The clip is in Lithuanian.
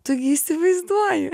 tu gi įsivaizduoji